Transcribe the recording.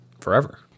forever